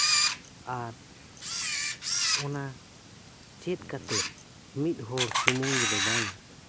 ᱟᱨ ᱚᱱᱟ ᱪᱮᱫ ᱠᱟᱛᱮᱫ ᱢᱤᱫ ᱦᱚᱲ ᱥᱩᱢᱩᱱ ᱫᱚ ᱵᱟᱝ ᱟ